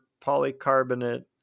polycarbonate